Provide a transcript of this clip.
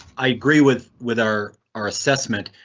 i agree with with our our assessment.